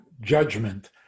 judgment